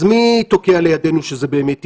אז מי תוקע לידנו שזה באמת יקרה?